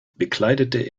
bekleidete